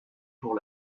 pour